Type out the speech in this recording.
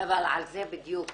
אבל על זה בדיוק